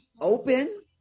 open